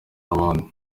ubundi